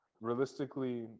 realistically